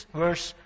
verse